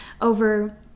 over